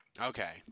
Okay